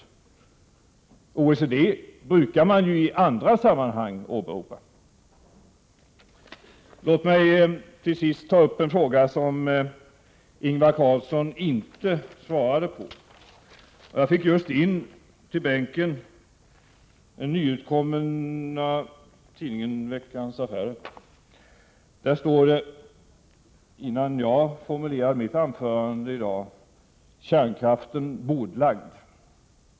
Socialdemokraterna brukar ju i andra sammanhang åberopa OECD. Låt mig till sist upprepa en fråga som Ingvar Carlsson inte svarade på. Jag fick just in till min bänk det senaste numret av tidningen Veckans Affärer. Där står det, vilket jag inte visste när jag formulerade mitt anförande: Kärnkraften bordlagd.